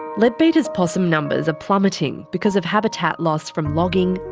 leadbeater's possum numbers are plummeting because of habitat loss from logging,